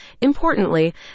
Importantly